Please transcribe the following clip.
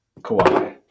Kawhi